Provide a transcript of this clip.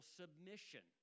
submission